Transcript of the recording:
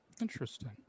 Interesting